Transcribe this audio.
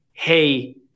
hey